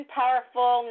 powerful